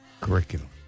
curriculum